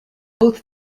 both